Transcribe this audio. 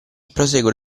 prosegue